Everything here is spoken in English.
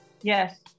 yes